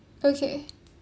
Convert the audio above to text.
okay